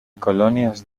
colonias